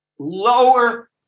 Lower